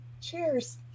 cheers